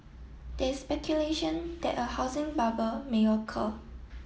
there is speculation that a housing bubble may occur